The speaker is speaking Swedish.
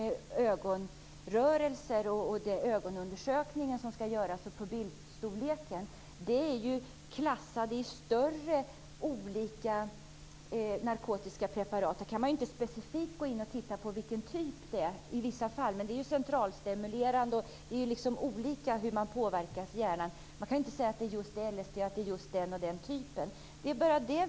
Vad gäller undersökning av ögonrörelser och pupillstorlek är det så att skilda narkotiska preparat ger olika utslag. Man kan inte specifikt kontrollera vilken narkotikatyp det gäller, om det är LSD eller något annat. Det gäller bara i vissa fall, men hjärnan påverkas olika av skilda centralstimulerande ämnen.